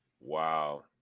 Wow